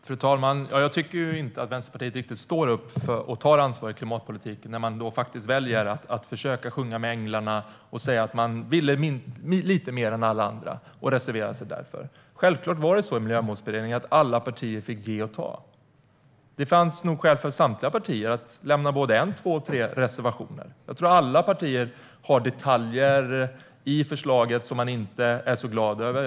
Fru talman! Jag tycker inte att Vänsterpartiet riktigt står upp och tar ansvar i klimatpolitiken när de väljer att försöka sjunga med änglarna och säga att de vill lite mer än alla andra och därför reserverar sig. Självklart fick alla partier ge och ta i Miljömålsberedningen. Det fanns nog skäl för samtliga partier att lämna en, två eller tre reservationer. Jag tror att alla partier hittar detaljer i förslaget som de inte är så glada över.